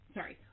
Sorry